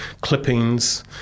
clippings